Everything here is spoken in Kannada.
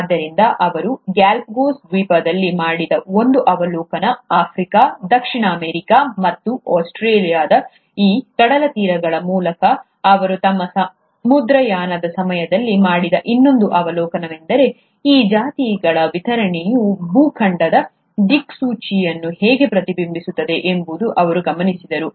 ಆದ್ದರಿಂದ ಅವರು ಗ್ಯಾಲಪಗೋಸ್ ದ್ವೀಪಗಳಲ್ಲಿ ಮಾಡಿದ ಒಂದು ಅವಲೋಕನ ಆಫ್ರಿಕಾ ದಕ್ಷಿಣ ಅಮೇರಿಕಾ ಮತ್ತು ಆಸ್ಟ್ರೇಲಿಯಾದ ಈ ಕಡಲತೀರಗಳ ಮೂಲಕ ಅವರು ತಮ್ಮ ಸಮುದ್ರಯಾನದ ಸಮಯದಲ್ಲಿ ಮಾಡಿದ ಇನ್ನೊಂದು ಅವಲೋಕನವೆಂದರೆ ಈ ಜಾತಿಗಳ ವಿತರಣೆಯು ಭೂಖಂಡದ ದಿಕ್ಚ್ಯುತಿಯನ್ನು ಹೇಗೆ ಪ್ರತಿಬಿಂಬಿಸುತ್ತದೆ ಎಂಬುದನ್ನು ಅವರು ಗಮನಿಸಿದರು